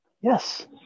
Yes